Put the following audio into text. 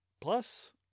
plus